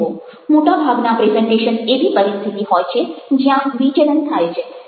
મોટાભાગના પ્રેઝન્ટેશન એવી પરિસ્થિતિ હોય છે જ્યાં વિચલન થાય છે